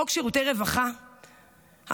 חוק שירותי רווחה המדובר,